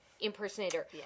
impersonator